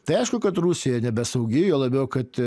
tai aišku kad rusija nebesaugi juo labiau kad